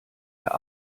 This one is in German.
der